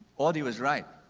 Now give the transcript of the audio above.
audee was right.